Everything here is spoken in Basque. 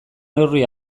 neurri